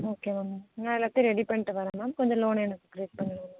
okay ma'am நான் எல்லாத்தையும் ready பண்ணிட்டு வர்றேன் மேம் கொஞ்சம் லோன் எனக்கு இது பண்ணுங்க மேம்